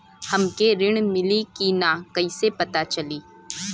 हमके ऋण मिली कि ना कैसे पता चली?